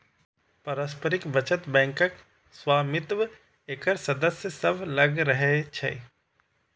पारस्परिक बचत बैंकक स्वामित्व एकर सदस्य सभ लग रहै छै